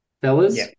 fellas